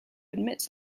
admit